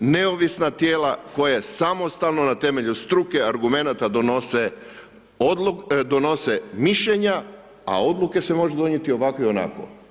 neovisna tijela koje je samostalno na temelju struke, argumenata, donose mišljenja a odluke se mogu donijeti ovako i onako.